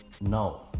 no